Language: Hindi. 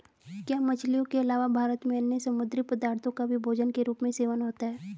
क्या मछलियों के अलावा भारत में अन्य समुद्री पदार्थों का भी भोजन के रूप में सेवन होता है?